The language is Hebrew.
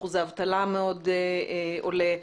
אחוז האבטלה עולה מאוד.